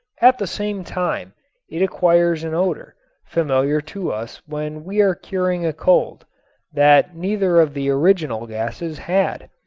at the same time it acquires an odor familiar to us when we are curing a cold that neither of the original gases had.